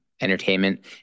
entertainment